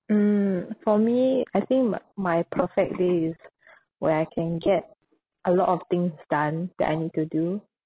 mm for me I think ma~ my perfect day is where I can get a lot of things done that I need to do